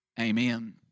amen